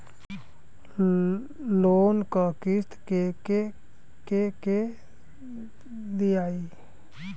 Loan क किस्त के के दियाई?